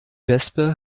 wespe